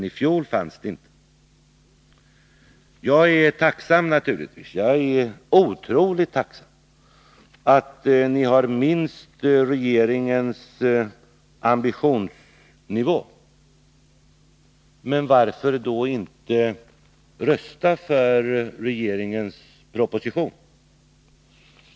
I fjol fanns det emellertid inte något förslag. Jag är naturligtvis otroligt tacksam för att ni har minst regeringens ambitionsnivå. Men varför då inte rösta för regeringens proposition?